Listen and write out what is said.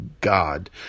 God